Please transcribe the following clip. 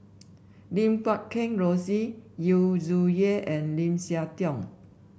Lim Guat Kheng Rosie Yu Zhuye and Lim Siah Tong